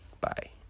bye